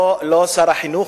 לא שר החינוך,